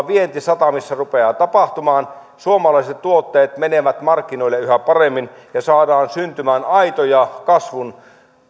vientisatamissa rupeaa tapahtumaan suomalaiset tuotteet menevät markkinoille yhä paremmin ja saadaan syntymään aitoja kasvun